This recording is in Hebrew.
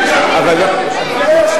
ערעור.